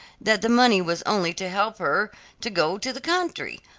that the money was only to help her to go to the country.